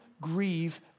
grieve